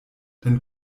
dann